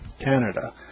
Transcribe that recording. Canada